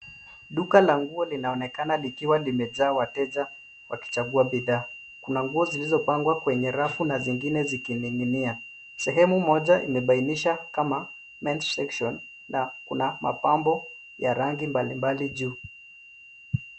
Duka la nguo linaonekana likiwa limejaa wateja wakichagua bidhaa. Kuna nguo zilizopangwa kwenye rafu na zingine zikining'inia. Sehemu moja imebainisha kama men's section na kuna mapambo ya rangi mbalimbali juu.